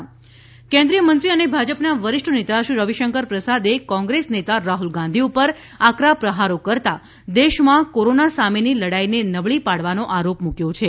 પ્રસાદ corona Congress કેન્દ્રિય મંત્રી અને ભાજપના વરિષ્ઠ નેતા શ્રી રવિ શંકર પ્રસાદે કોંગ્રેસ નેતા રાહુલ ગાંધી ઉપર આકરા પ્રહારો કરતાં દેશમાં કોરોના સામેની લડાઈને નબળી પાડવાનો આરોપ મૂક્યો છે